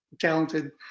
talented